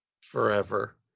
forever